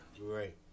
Right